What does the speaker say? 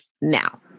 now